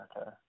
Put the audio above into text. okay